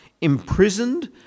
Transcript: imprisoned